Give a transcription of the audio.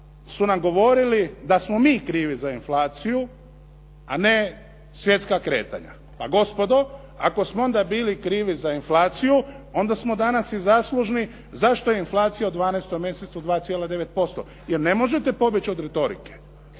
su nam govorili da smo mi kivi za inflaciju, a ne svjetska kretanja. Pa gospodo ako smo onda bili krivi za inflaciju, onda smo danas i zaslužni zašto je inflacija u 12. mjesecu 2,9%. Jer ne možete pobjeći od retorike.